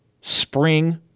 spring